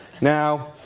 Now